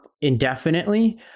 indefinitely